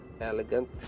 elegant